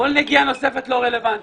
כל נגיעה נוספת לא רלוונטית.